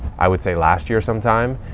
i would say last year sometime.